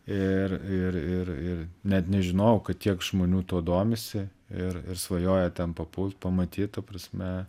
ir ir ir ir net nežinojau kad tiek žmonių tuo domisi ir ir svajoja ten papult pamatyt ta prasme